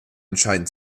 entscheiden